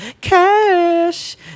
cash